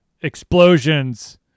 Explosions